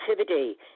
activity